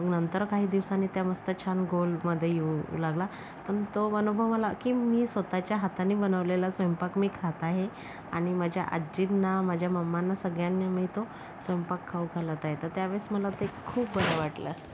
मग नंतर काही दिवसांनी त्या मस्त छान गोलमध्ये येऊ लागला पण तो अनुभव मला की मी स्वतःच्या हाताने बनवलेला स्वयंपाक मी खात आहे आणि माझ्या आजींना माझ्या मम्मांना सगळ्यांना मी तो स्वयंपाक खाऊ घालत आहे तर त्यावेळेस मला ते खूप बरं वाटलं